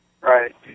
Right